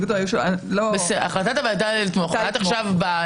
אבל את עכשיו באה עם הצעה שאיננה קשורה לחוק.